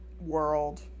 world